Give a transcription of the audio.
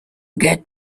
get